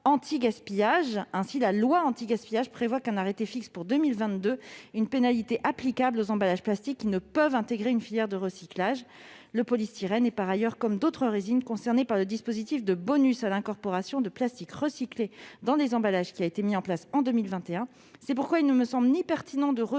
de la loi anti-gaspillage. Cette dernière prévoit qu'un arrêté fixe, pour 2022, une pénalité applicable aux emballages plastiques qui ne peuvent intégrer une filière de recyclage. Le polystyrène est par ailleurs, comme d'autres résines, concerné par le dispositif de bonus à l'incorporation de plastique recyclé dans des emballages, mis en place cette année. C'est pourquoi il ne me semble pertinent ni de revenir aux dispositions